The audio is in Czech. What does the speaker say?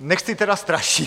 Nechci tedy strašit.